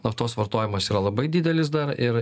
naftos vartojimas yra labai didelis dar ir